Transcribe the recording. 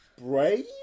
Brave